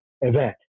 event